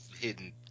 hidden